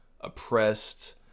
oppressed